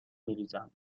میریزم